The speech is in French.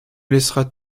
laisseras